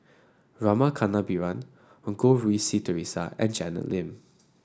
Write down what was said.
Rama Kannabiran Goh Rui Si Theresa and Janet Lim